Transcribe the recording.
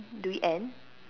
do we end